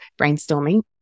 brainstorming